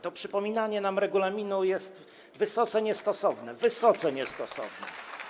To przypominanie nam regulaminu jest wysoce niestosowne, wysoce niestosowne.